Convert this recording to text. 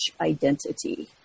identity